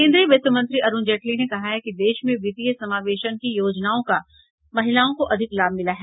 केंद्रीय वित्तमंत्री अरुण जेटली ने कहा है कि देश में वित्तीय समावेशन की योजनाओं का महिलाओं को अधिक लाभ मिला है